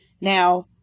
now